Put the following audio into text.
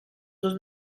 sus